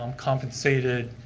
um compensated.